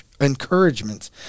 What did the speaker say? encouragements